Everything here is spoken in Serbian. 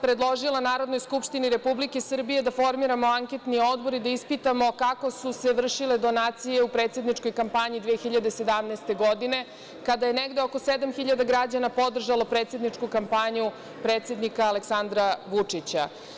Predložila sam Narodnoj skupštini Republike Srbije da formiramo anketni odbor i da ispitamo kako su se vršile donacije u predsedničkoj kampanji 2017. godine, kada je negde oko sedam hiljada građana podržalo predsedničku kampanju predsednika Aleksandra Vučića.